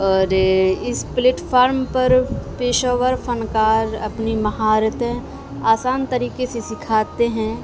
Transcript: اور اس پلیٹفارم پر پیشہ ور فنکار اپنی مہارتیں آسان طریقے سے سکھاتے ہیں